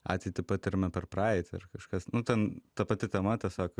ateitį patiriame per praeitį ar kažkas nu ten ta pati tema tiesiog